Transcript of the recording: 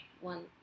One